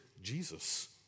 Jesus